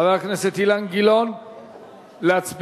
חבר הכנסת אילן גילאון, להצביע,